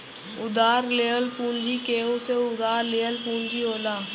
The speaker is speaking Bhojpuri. उधार लेहल पूंजी केहू से उधार लिहल पूंजी होला